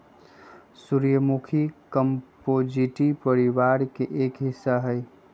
सूर्यमुखी कंपोजीटी परिवार के एक हिस्सा हई